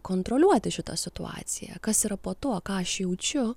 kontroliuoti šitą situaciją kas yra po to ką aš jaučiu